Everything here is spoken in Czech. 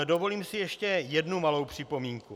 Dovolím si ještě jednu malou připomínku.